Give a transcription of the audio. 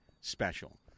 special